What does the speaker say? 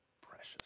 precious